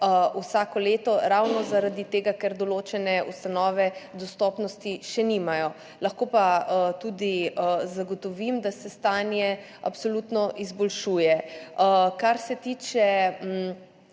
vsako leto, ravno zaradi tega, ker določene ustanove dostopnosti še nimajo. Lahko pa tudi zagotovim, da se stanje absolutno izboljšuje. Kar se tiče